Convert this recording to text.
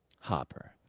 Hopper